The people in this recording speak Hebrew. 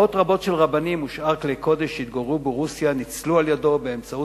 מאות רבות של רבנים ושאר כלי קודש שהתגוררו ברוסיה ניצלו על-ידו באמצעות